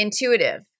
intuitive